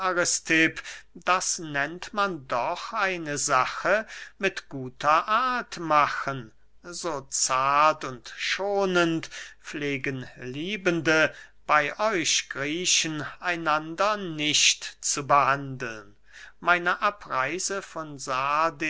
das nennt man doch eine sache mit guter art machen so zart und schonend pflegen liebende bey euch griechen einander nicht zu behandeln meine abreise von sardes